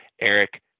Eric